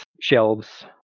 shelves